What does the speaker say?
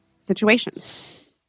situations